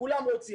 כולם רוצים.